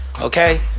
Okay